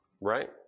right